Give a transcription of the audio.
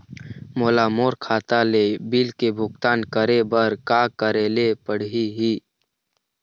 मोला मोर खाता ले बिल के भुगतान करे बर का करेले पड़ही ही?